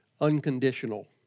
unconditional